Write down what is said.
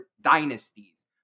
dynasties